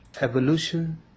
evolution